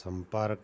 ਸੰਪਰਕ